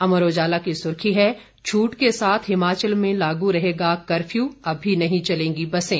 अमर उजाला की सुर्खी है छूट के साथ हिमाचल में लागू रहेगा कर्फ्यू अभी नहीं चलेंगी बसें